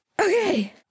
okay